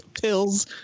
Pills